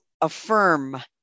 affirm